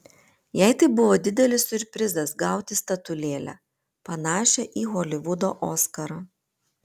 jai tai buvo didelis siurprizas gauti statulėlę panašią į holivudo oskarą